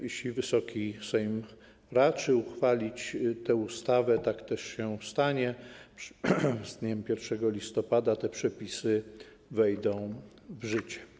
Jeśli Wysoki Sejm raczy uchwalić tę ustawę, tak też się stanie, z dniem 1 listopada te przepisy wejdą w życie.